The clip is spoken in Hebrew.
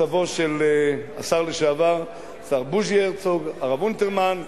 סבו של השר לשעבר, השר בוז'י הרצוג, הרב אונטרמן,